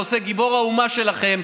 גיבור האומה שלכם,